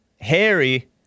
Harry